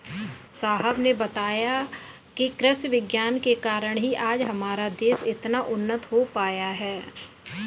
साहब ने बताया कि कृषि विज्ञान के कारण ही आज हमारा देश इतना उन्नत हो पाया है